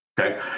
Okay